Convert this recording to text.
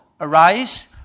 Arise